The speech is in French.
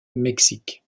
mexique